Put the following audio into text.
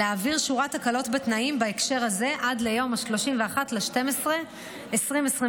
שורת הקלות בתנאים בהקשר הזה עד ליום 31 בדצמבר 2023,